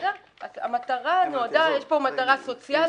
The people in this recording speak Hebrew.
יש פה מטרה סוציאלית.